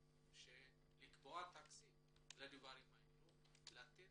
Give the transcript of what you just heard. לקבוע תקציב לדברים האלה ולתת